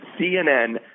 CNN